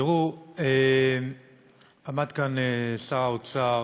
תראו, עמד כאן שר האוצר